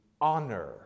honor